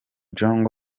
jong